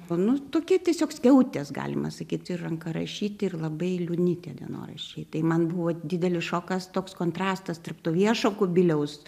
nu tokie tiesiog skiautės galima sakyt ir ranka rašyti ir labai liūdni tie dienoraščiai tai man buvo didelis šokas toks kontrastas tarp to viešo kubiliaus